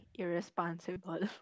irresponsible